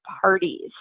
parties